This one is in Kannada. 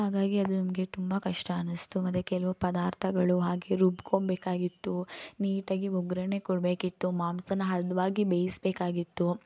ಹಾಗಾಗಿ ಅದು ನಮಗೆ ತುಂಬ ಕಷ್ಟ ಅನ್ನಿಸಿತು ಮತ್ತು ಕೆಲವು ಪದಾರ್ಥಗಳು ಹಾಗೆ ರುಬ್ಕೊಳ್ಬೇಕಾಗಿತ್ತು ನೀಟಾಗಿ ಒಗ್ಗರಣೆ ಕೊಡಬೇಕಿತ್ತು ಮಾಂಸನ ಹದವಾಗಿ ಬೇಯಿಸ್ಬೇಕಾಗಿತ್ತು